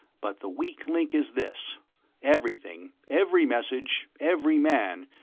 but the weak link is this everything, every message, every man,